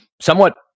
somewhat